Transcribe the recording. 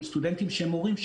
סטודנטים שהם הורים,